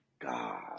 God